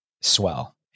swell